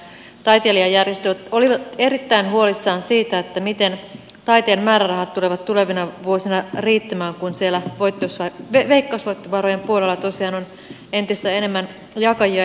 taiteilijajärjestöt olivat erittäin huolissaan siitä miten taiteen määrärahat tulevat tulevina vuosina riittämään kun siellä veikkausvoittovarojen puolella tosiaan on entistä enemmän jakajia